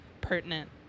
pertinent